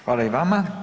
Hvala i vama.